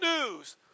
news